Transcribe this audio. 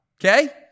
Okay